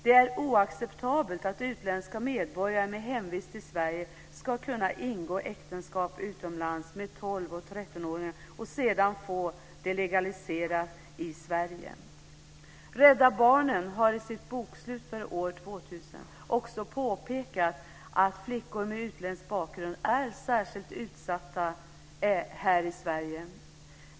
Det är oacceptabelt att utländska medborgare med hemvist i Sverige ska kunna ingå äktenskap utomlands med 12-13-åringar och sedan få det legaliserat i Rädda Barnen har i sitt bokslut för år 2000 också påpekat att flickor med utländsk bakgrund är särskilt utsatta här i Sverige.